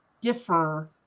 differ